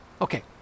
Okay